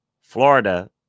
Florida